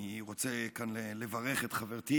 אני רוצה כאן לברך את חברתי